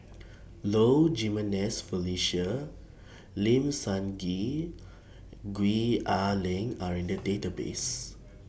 Low Jimenez Felicia Lim Sun Gee Gwee Ah Leng Are in The Database